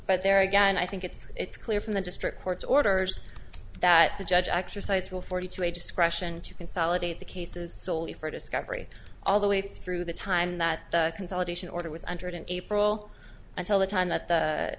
but there again i think it's it's clear from the district court orders that the judge exercised will forty to a discretion to consolidate the cases soley for discovery all the way through the time that the consolidation order was entered in april until the time that the